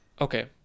Okay